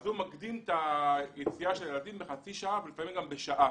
ולכן הוא מקדים את היציאה של הילדים בחצי שעה ולפעמים גם בשעה.